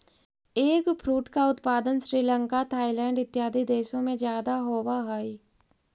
eggfruit का उत्पादन Sri Lanka Thailand इत्यादि देशों में ज्यादा होवअ हई